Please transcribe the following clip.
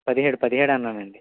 పదిహేడు పదిహేడు అన్నానండి